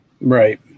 Right